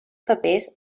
papers